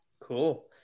Cool